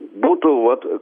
būtų vat